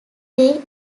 they